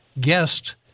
guest